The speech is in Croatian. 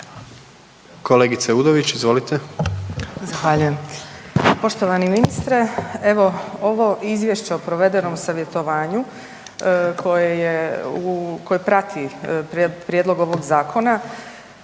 **Udović, Sanja (SDP)** Zahvaljujem. Poštovani ministre. Evo ovo izvješće o provedenom savjetovanju koje prati prijedlog ovog zakona